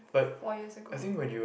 four years ago